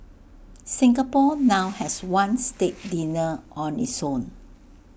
Singapore now has one state dinner on its own